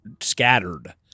scattered